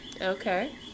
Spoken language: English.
okay